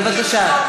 בבקשה.